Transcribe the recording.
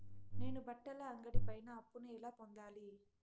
నేను బట్టల అంగడి పైన అప్పును ఎలా పొందాలి?